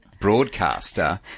broadcaster